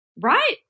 right